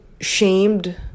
shamed